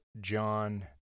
John